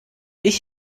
ich